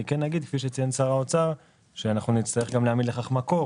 אני כן אגיד כפי שציין שר האוצר שאנחנו נצטרך גם להעמיד לכך מקור,